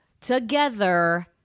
together